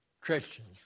Christians